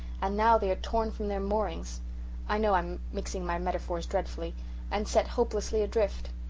and now they are torn from their moorings i know i'm mixing my metaphors dreadfully and set hopelessly adrift.